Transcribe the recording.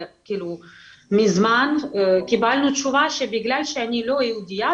כאילו מזמן קיבלנו תשובה שבגלל שאני לא יהודייה,